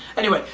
anyway,